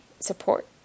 Support